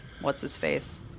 what's-his-face